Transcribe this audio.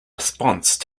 response